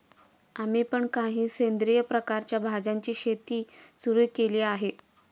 आम्ही पण काही सेंद्रिय प्रकारच्या भाज्यांची शेती सुरू केली आहे